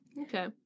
Okay